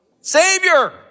Savior